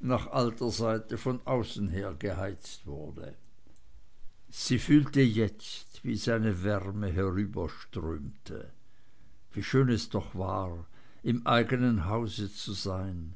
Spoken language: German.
nach alter sitte von außen her geheizt wurde sie fühlte jetzt wie seine wärme herüberströmte wie schön es doch war im eigenen hause zu sein